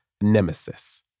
nemesis